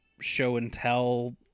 show-and-tell